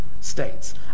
states